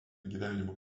gyvenimo